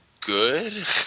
good